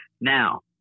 Now